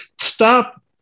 Stop